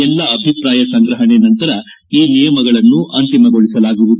ಎಲ್ಲ ಅಭಿಪ್ರಾಯ ಸಂಗ್ರಹಣೆ ನಂತರ ಈ ನಿಯಮಗಳನ್ನು ಅಂತಿಮಗೊಳಿಸಲಾಗುವುದು